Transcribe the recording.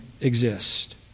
exist